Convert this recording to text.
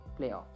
playoffs